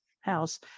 house